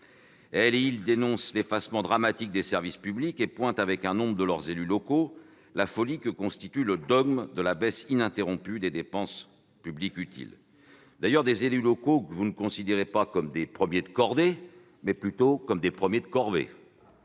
Ils dénoncent l'effacement dramatique des services publics et soulignent, avec nombre de leurs élus locaux, la folie que constitue le dogme de la baisse ininterrompue des dépenses publiques utiles- ces élus locaux que vous considérez non comme des « premiers de cordée », mais comme des « premiers de corvée